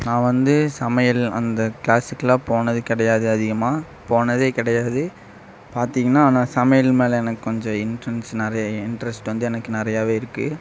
நான் வந்து சமையல் அந்த கிளாஸுக்குலாம் போனது கிடையாது அதிகமாக போனது கிடையாது பார்த்தீங்கன்னா ஆனால் சமையல் மேலே எனக்கு கொஞ்சம் இன்ட்ரன்ஸ் நிறைய இன்ட்ரெஸ்ட் வந்து எனக்கு நிறையாவே இருக்குது